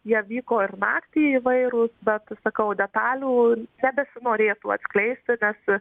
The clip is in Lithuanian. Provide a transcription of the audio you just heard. jie vyko ir naktį įvairūs bet sakau detalių nebesinorėtų atskleisti nes